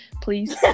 please